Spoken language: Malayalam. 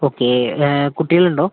ഓക്കെ കുട്ടികളുണ്ടോ